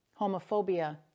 homophobia